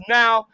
now